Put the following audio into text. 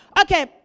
Okay